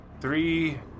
three